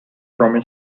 from